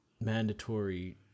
mandatory